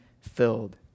filled